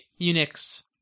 Unix